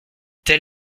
tel